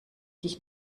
dich